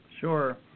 Sure